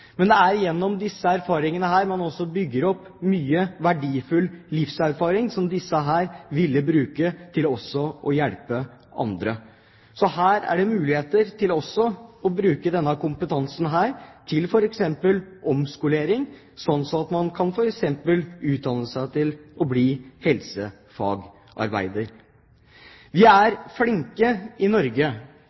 Men det er gjennom disse erfaringene man bygger opp mye verdifull livserfaring, som disse foreldrene vil bruke til også å hjelpe andre. Så her er det muligheter til å bruke denne kompetansen til f.eks. omskolering, slik at man f.eks. kan utdanne seg til å bli helsefagarbeider. Vi er flinke i Norge.